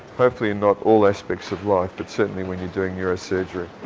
hopefully in not all aspects of life but certainly when you're doing neurosurgery.